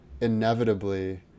inevitably